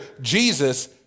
Jesus